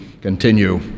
continue